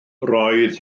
roedd